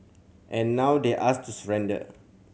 and now they asked to surrender